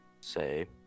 Say